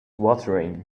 watering